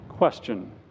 Question